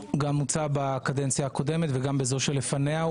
הוצע בקדנציה הקודמת וגם בזו שלפניה.